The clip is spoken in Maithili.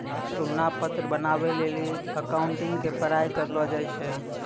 तुलना पत्र बनाबै लेली अकाउंटिंग के पढ़ाई करलो जाय छै